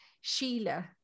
Sheila